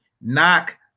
Knock